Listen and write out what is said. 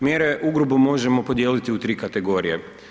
Mjere ugrubo možemo podijeliti u tri kategorije.